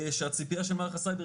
שהציפייה של מערך הסייבר,